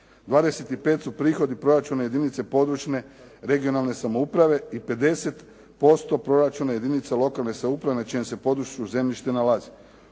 25 su prihodi proračuna područne, regionalne samouprave i 50% proračuna jedinaca lokalne samouprave na čijem se području zemljište nalazi.